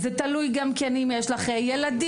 זה תלוי גם בשאלה אם יש לך ילדים,